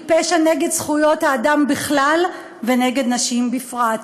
היא פשע נגד זכויות האדם בכלל ונגד נשים בפרט.